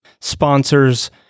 sponsors